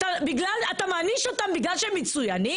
אתה מעניש אותם בגלל שהם מצוינים?